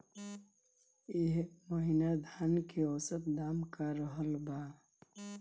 एह महीना धान के औसत दाम का रहल बा?